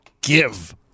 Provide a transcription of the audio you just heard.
Give